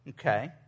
Okay